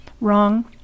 Wrong